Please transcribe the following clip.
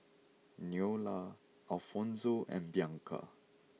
Neola Alfonzo and Bianca